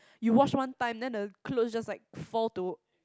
you wash one time then the clothes just like fall to